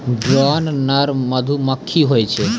drone नर मधुमक्खी होय छै